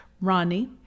Ronnie